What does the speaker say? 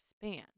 span